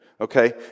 okay